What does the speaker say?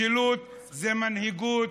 משילות זה מנהיגות,